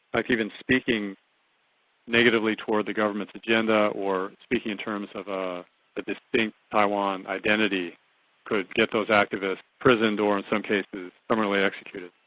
like even speaking negatively towards the government's agenda or speaking in terms of a distinct taiwan identity could get those activists imprisoned or in some cases summarily executed.